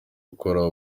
ugukora